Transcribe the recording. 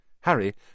Harry